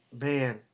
man